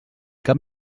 cap